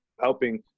helping